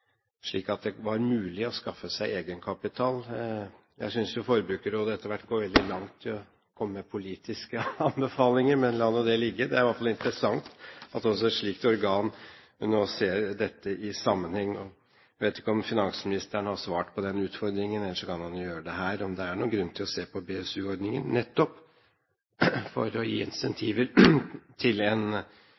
slik at det var mulig å skaffe seg egenkapital. Jeg synes jo Forbrukerrådet etter hvert går veldig langt i å komme med politiske anbefalinger, men la nå det ligge. Det er iallfall interessant at også et slikt organ nå ser dette i sammenheng. Jeg vet ikke om finansministeren har svart på den utfordringen – ellers kan han jo gjøre det her – om det er noen grunn til å se på BSU-ordningen, nettopp for å gi incentiver til